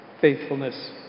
faithfulness